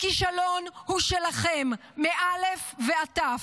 הכישלון הוא שלכם מאל"ף ועד תי"ו.